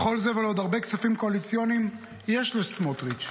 לכל זה ולעוד הרבה כספים קואליציוניים יש לסמוטריץ'.